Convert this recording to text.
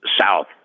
south